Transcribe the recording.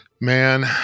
Man